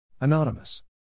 Anonymous